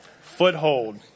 foothold